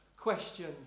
questions